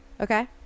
Okay